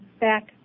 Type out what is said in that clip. back